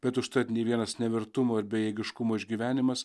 bet užtat nė vienas nevertumo ir bejėgiškumo išgyvenimas